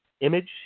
image